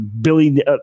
Billy